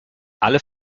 alle